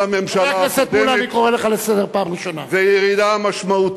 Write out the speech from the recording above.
לסיכול הירי.